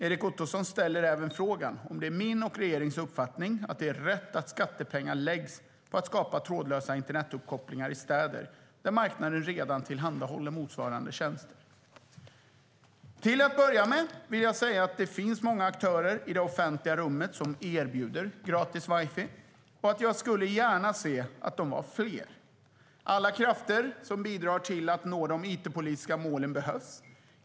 Erik Ottoson ställer även frågan om det är min och regeringens uppfattning att det är rätt att skattepengar läggs på att skapa trådlösa internetuppkopplingar i städer där marknaden redan tillhandahåller motsvarande tjänster. Till att börja med vill jag säga att det finns många aktörer i det offentliga rummet som erbjuder gratis wifi, och jag skulle gärna se att de var fler. Alla krafter som bidrar till att nå de it-politiska målen behövs.